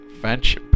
French